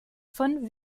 von